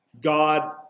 God